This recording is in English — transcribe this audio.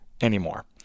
anymore